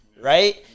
right